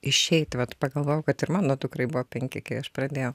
išeit vat pagalvojau kad ir mano dukrai buvo penki kai aš pradėjau